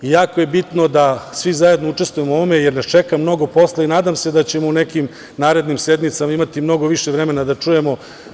Jako je bitno da svi zajedno učestvujemo u ovome jer nas čeka mnogo posla i nadam se da ćemo u nekim narednim sednicama imati mnogo više vremena da čujemo.